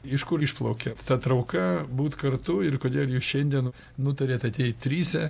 iš kur išplaukė ta trauka būt kartu ir kodėl jūs šiandien nutarėt ateit tryse